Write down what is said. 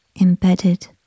embedded